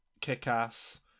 Kick-Ass